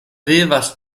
vivas